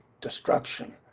destruction